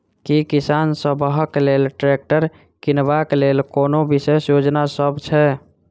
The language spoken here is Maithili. की किसान सबहक लेल ट्रैक्टर किनबाक लेल कोनो विशेष योजना सब छै?